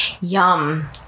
Yum